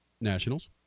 Nationals